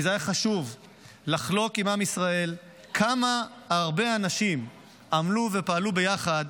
כי זה היה חשוב לחלוק עם עם ישראל כמה הרבה אנשים עמלו ופעלו ביחד